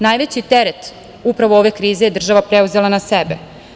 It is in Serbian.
Najveći teret ove krize je upravo država preuzela na sebe.